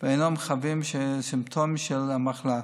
ואינם חווים סימפטומים של המחלה.